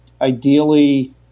ideally